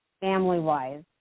family-wise